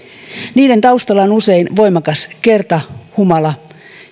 niiden taustalla on usein voimakas kertahumala